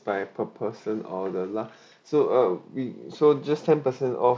by per person order lah so uh we so just ten percent off